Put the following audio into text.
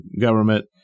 government